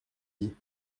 dit